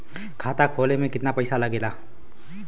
खाता खोले में कितना पैसा लगेला?